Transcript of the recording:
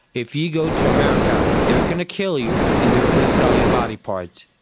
if you go to america they are going to kill you and they are going to sell your body parts.